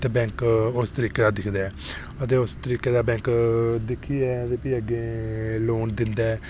ते बैंक उस तरीकै दा दिखदा ऐ ते तरीके दा बैंक दिक्खियै ते अग्गै लोन दिंदा ऐ